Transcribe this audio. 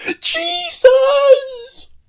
Jesus